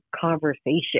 conversation